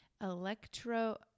electro